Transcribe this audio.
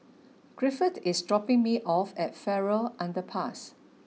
Griffith is dropping me off at Farrer Underpass